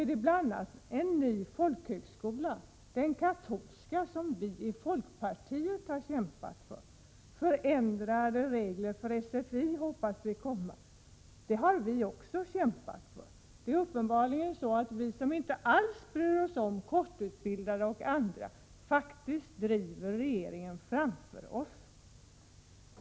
a. är det en ny folkhögskola, den katolska folkhögskolan som vi i folkpartiet har kämpat för. Förändrade regler för sfi hoppas Ingvar Johnsson skall komma, och det har vi också kämpat för. Det är uppenbarligen så att vi som inte alls bryr oss om kortutbildade och andra faktiskt driver regeringen framför oss.